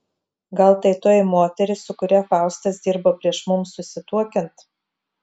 gal tai toji moteris su kuria faustas dirbo prieš mums susituokiant